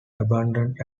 abandoned